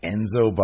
Enzo